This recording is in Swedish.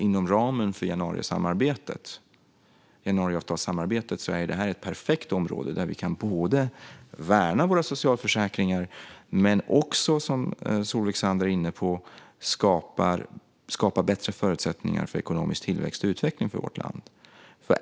Inom ramen för januarisamarbetet är detta ett perfekt område, där vi både kan värna våra socialförsäkringar och också, som Solveig Zander var inne på, skapa bättre förutsättningar för ekonomisk tillväxt och utveckling för vårt land.